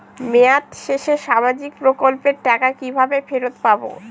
মেয়াদ শেষে সামাজিক প্রকল্পের টাকা কিভাবে ফেরত পাবো?